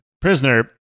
prisoner